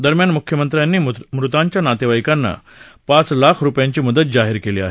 दरम्यान मुख्यमंत्र्यांनी मृतांच्या नातेवाईकांना पाच लाख रुपयांची मदत जाहीर केली आहे